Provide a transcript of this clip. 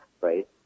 right